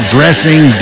Dressing